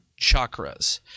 chakras